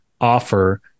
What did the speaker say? offer